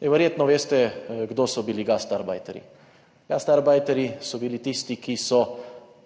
verjetno veste kdo so bili gastarbajterji. Gastarbajterji so bili tisti, ki so